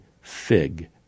fig